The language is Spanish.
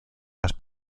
las